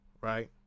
right